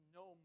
no